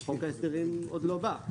כי חוק ההסדרים עוד לא בא.